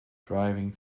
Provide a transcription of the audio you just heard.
driving